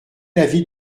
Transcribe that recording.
l’avis